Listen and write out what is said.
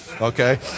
Okay